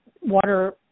water